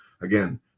again